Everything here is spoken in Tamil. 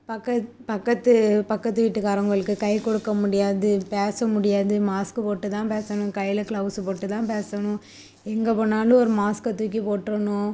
பக்கத் பக்கத்து பக்கத்து வீட்டுக்காரங்களுக்கு கை கொடுக்க முடியாது பேச முடியாது மாஸ்க்கு போட்டு தான் பேசணும் கையில் க்ளௌஸு போட்டு தான் பேசணும் எங்கே போனாலும் ஒரு மாஸ்க்கை தூக்கி போட்டுருணும்